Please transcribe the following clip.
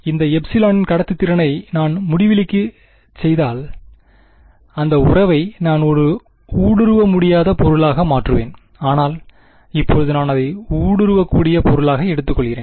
இந்த எப்சிலோனின் கடத்துத்திறனை நான் முடிவிலிக்குச் செய்தால் அந்த உறவை நான் ஒரு ஊடுருவமுடியாத பொருளாக மாற்றுவேன் ஆனால் இப்போது நான் அதை ஊடுருவக்கூடிய பொருளாக எடுத்துக்கொள்கிறேன்